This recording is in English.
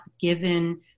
given